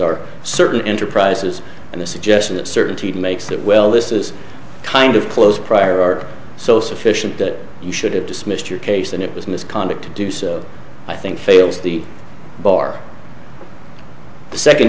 are certain enterprises and the suggestion that certainty makes that well this is kind of close prior art so sufficient that you should have dismissed your case that it was misconduct to do so i think fails the bar the second